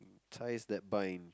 ties that bind